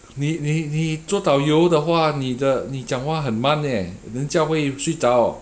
你你你做导游的话你的你讲话很慢 leh 人家会睡着